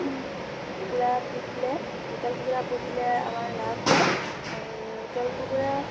কুকুৰা পুহিলে লোকেল কুকুৰা পুহিলে আমাৰ লাভ হয় লোকেল কুকুৰা